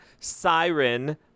Siren